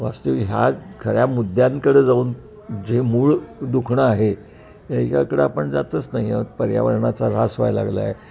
वास्तविक ह्या खऱ्या मुद्द्यांकडे जाऊन जे मूळ दुखणं आहे याच्याकडं आपण जातच नाही आहोत पर्यावरणाचा ऱ्हास व्हायला लागला आहे